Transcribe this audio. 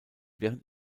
während